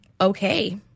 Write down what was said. okay